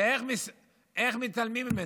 ואיך מתעלמים ממנו?